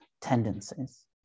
tendencies